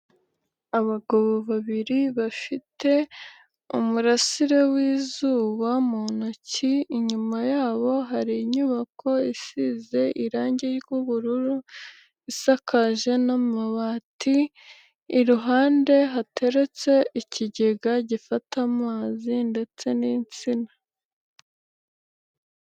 Abagabo babiri bafite umurasire w'izuba mu ntoki, inyuma yabo hari inyubako isize irangi ry'ubururu isakaje n'amabati, iruhande hateretse ikigega gifata amazi ndetse n'insina.